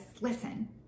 listen